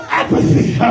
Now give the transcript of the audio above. apathy